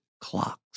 clocks